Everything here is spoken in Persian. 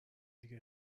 دیگه